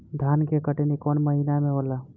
धान के कटनी कौन महीना में होला?